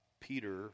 Peter